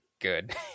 good